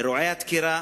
ואירועי הדקירה